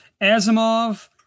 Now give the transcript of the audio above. Asimov